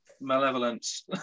Malevolence